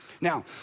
Now